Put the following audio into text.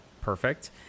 perfect